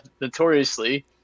notoriously